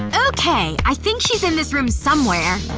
okay, i think she's in this room somewhere,